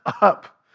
up